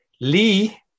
Lee